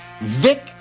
Vic